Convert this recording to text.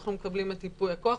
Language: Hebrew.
אנחנו מקבלים את ייפוי הכוח,